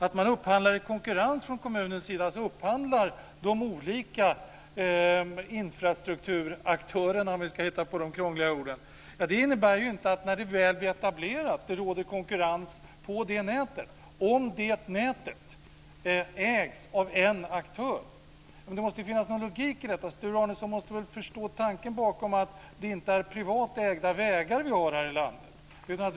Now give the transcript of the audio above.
Att kommunen upphandlar detta i konkurrens av de olika infrastrukturaktörerna innebär inte att det råder konkurrens på nätet när det väl blir etablerat om nätet ägs av en aktör. Det måste finnas någon logik i detta. Sture Arnesson måste förstå tanken bakom att vi inte har privat ägda vägar här i landet.